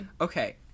Okay